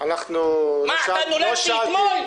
מה, נולדתי אתמול?